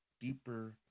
deeper